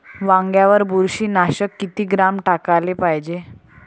वांग्यावर बुरशी नाशक किती ग्राम टाकाले पायजे?